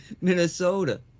Minnesota